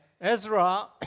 Ezra